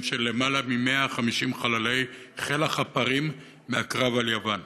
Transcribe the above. של למעלה מ-150 חללי חיל החפרים מהקרב על יוון.